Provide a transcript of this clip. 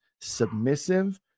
submissive